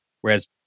Whereas